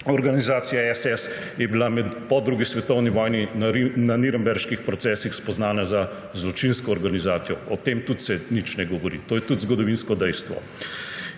organizacija SS je bila po drugi svetovni vojni na Nürnberških procesih spoznana za zločinsko organizacijo. O tem se tudi nič ne govori, to je tudi zgodovinsko dejstvo.